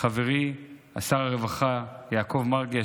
חברי שר הרווחה יעקב מרגי,